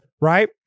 Right